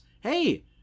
Hey